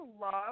love